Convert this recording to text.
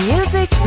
Music